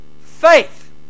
faith